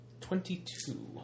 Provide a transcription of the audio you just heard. Twenty-two